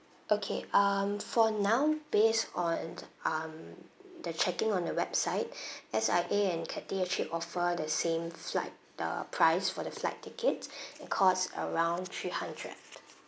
okay um for now based on the um the checking on the website S_I_A and Cathay actually offer the same flight the price for the flight ticket it cost around three hundred